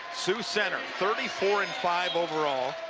sioux center thirty four and five over all